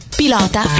pilota